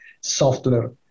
software